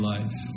Life